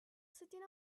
sitting